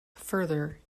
further